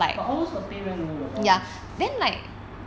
but almost the pay very low the problem is